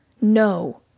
No